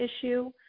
issue